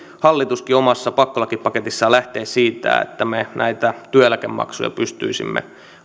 hallituskin omassa pakkolakipaketissaan lähtee siitä että me näitä työeläkemaksuja pystyisimme